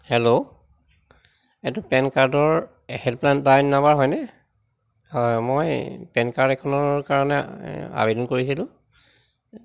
hello এইটো PAN কাৰ্ডৰ helpline line number হয়নে হয় মই পেন কাৰ্ড এখনৰ কাৰণে আবেদন কৰিছিলোঁ